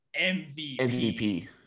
MVP